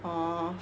orh